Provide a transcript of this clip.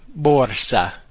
Borsa